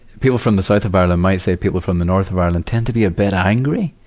people from the south of ireland might say people from the north of ireland tend to be a bit angry,